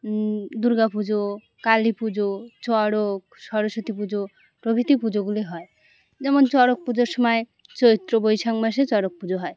দুর্গা পুজো কালী পুজো চড়ক সরস্বতী পুজো প্রভৃতি পুজোগুলি হয় যেমন চড়ক পুজোর সময় চৈত্র বৈশাখ মাসে চড়ক পুজো হয়